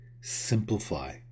simplify